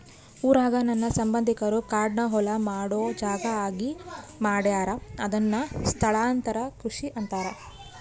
ಊರಾಗ ನನ್ನ ಸಂಬಂಧಿಕರು ಕಾಡ್ನ ಹೊಲ ಮಾಡೊ ಜಾಗ ಆಗಿ ಮಾಡ್ಯಾರ ಅದುನ್ನ ಸ್ಥಳಾಂತರ ಕೃಷಿ ಅಂತಾರ